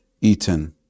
eaten